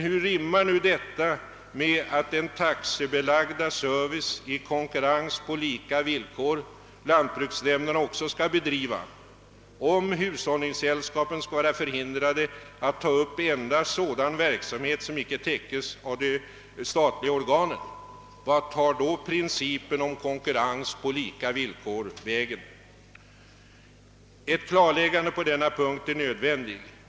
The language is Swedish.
Hur rimmar detta med den taxebelagda service i konkurrens på lika villkor som lantbruksnämnderna också skall bedriva, om hushållningssällskapen skall vara förhindrade att ta upp sådan verksamhet, som icke täckes av de statliga organen? Vart tar då principen om konkurrens på lika villkor vägen? Ett klarläggande på denna punkt är nödvändigt.